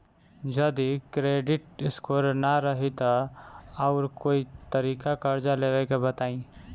जदि credit score ना रही त आऊर कोई तरीका कर्जा लेवे के बताव?